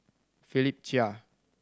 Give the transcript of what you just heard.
Philip Chia